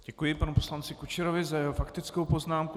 Děkuji panu poslanci Kučerovi za jeho faktickou poznámku.